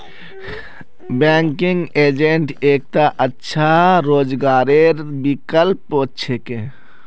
banking agent एकता अच्छा रोजगारेर विकल्प छिके